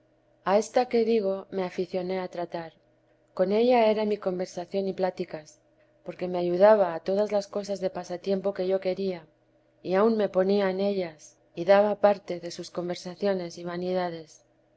esta que digo me aficioné a tratar con ella era mi conversación y pláticas porque me ayudaba a todas las cosas de pasatiempo que yo quería y aun me ponía en ellas y daba parte de sus conversaciones y vanidades